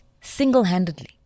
Single-handedly